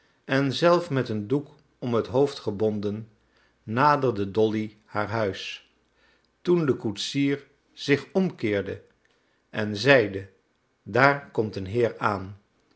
en zelf met een doek om het hoofd gebonden naderde dolly haar huis toen de koetsier zich omkeerde en zeide daar komt een heer aan